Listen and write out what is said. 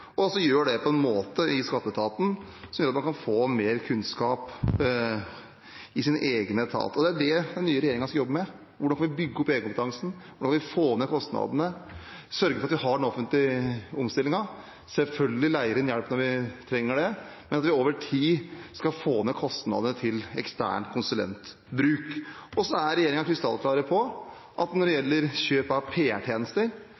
og også gjør det i skatteetaten på en måte som gjør at en kan få mer kunnskap i sin egen etat. Det er det den nye regjeringen skal jobbe med – hvordan bygger vi opp egenkompetansen, hvordan får vi ned kostnadene, og hvordan sørger vi for omstilling i det offentlige? Selvfølgelig skal vi leie inn hjelp når vi trenger det, men over tid skal vi få ned kostnadene på bruk av eksterne konsulenter. Regjeringen er krystallklar på at når det